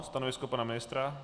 Stanovisko pana ministra?